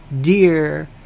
dear